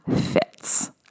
fits